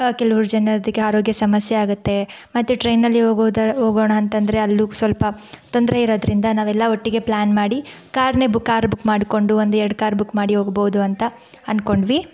ಕೆಲವ್ರು ಜನಕ್ಕೆ ಆರೋಗ್ಯ ಸಮಸ್ಯೆ ಆಗತ್ತೆ ಮತ್ತು ಟ್ರೈನ್ನಲ್ಲಿ ಹೋಗೋದ ಹೋಗೋಣ ಅಂತಂದರೆ ಅಲ್ಲೂ ಸ್ವಲ್ಪ ತೊಂದರೆ ಇರೋದ್ರಿಂದ ನಾವೆಲ್ಲ ಒಟ್ಟಿಗೆ ಪ್ಲಾನ್ ಮಾಡಿ ಕಾರನ್ನೇ ಬುಕ್ ಕಾರ್ ಬುಕ್ ಮಾಡಿಕೊಂಡು ಒಂದೆರ್ಡು ಕಾರ್ ಬುಕ್ ಮಾಡಿ ಹೋಗ್ಬೋದು ಅಂತ ಅನ್ಕೊಂಡ್ವಿ